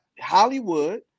Hollywood